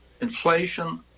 inflation